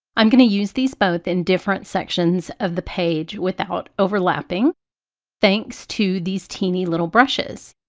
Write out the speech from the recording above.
i'm going to use these both in different sections of the page without overlapping thanks to these teeny little brushes.